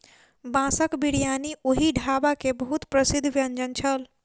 बांसक बिरयानी ओहि ढाबा के बहुत प्रसिद्ध व्यंजन छल